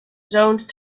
zoned